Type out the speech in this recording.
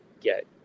get